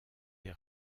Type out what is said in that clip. des